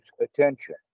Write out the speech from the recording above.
attention